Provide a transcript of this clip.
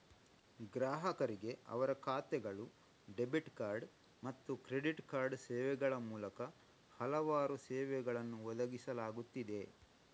ಗ್ರಾಹಕರಿಗೆ ಅವರ ಖಾತೆಗಳು, ಡೆಬಿಟ್ ಕಾರ್ಡ್ ಮತ್ತು ಕ್ರೆಡಿಟ್ ಕಾರ್ಡ್ ಸೇವೆಗಳ ಮೂಲಕ ಹಲವಾರು ಸೇವೆಗಳನ್ನು ಒದಗಿಸಲಾಗುತ್ತಿದೆ